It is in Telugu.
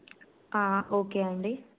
ఓకే అండి